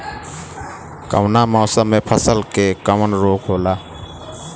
कवना मौसम मे फसल के कवन रोग होला?